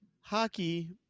hockey